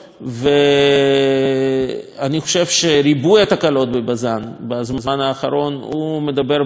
אני חושב שריבוי התקלות בבז"ן בזמן האחרון מדבר בעד עצמו,